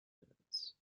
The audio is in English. minutes